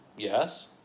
Yes